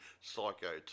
Psycho